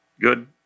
Good